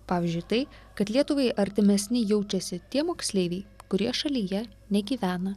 pavyzdžiui tai kad lietuvai artimesni jaučiasi tie moksleiviai kurie šalyje negyvena